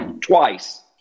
twice